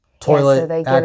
Toilet